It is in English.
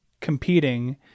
competing